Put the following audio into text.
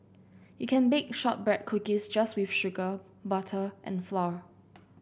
you can bake shortbread cookies just with sugar butter and flour